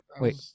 wait